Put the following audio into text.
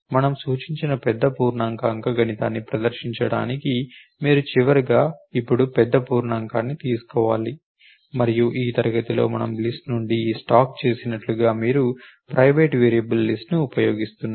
మనము సూచించిన పెద్ద పూర్ణాంక అంకగణితాన్ని ప్రదర్శించడానికి మీరు చివరిగా ఇప్పుడు పెద్ద పూర్ణాంకాన్ని తీసుకోవాలి మరియు ఈ తరగతిలో మనము లిస్ట్ నుండి ఈ స్టాక్ చేసినట్లుగానే మీరు ప్రైవేట్ వేరియబుల్ లిస్ట్ ను ఉపయోగిస్తున్నారు